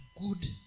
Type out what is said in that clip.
good